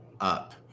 Up